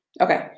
Okay